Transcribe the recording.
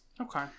Okay